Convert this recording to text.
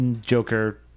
Joker